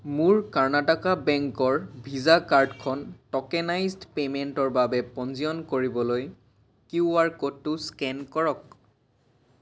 মোৰ কৰ্ণাটকা বেংকৰ ভিছা কাৰ্ডখন ট'কেনাইজ্ড পে'মেণ্টৰ বাবে পঞ্জীয়ন কৰিবলৈ কিউ আৰ ক'ডটো স্কেন কৰক